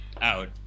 out